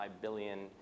billion